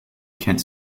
kent